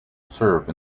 serve